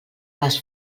les